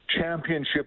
championship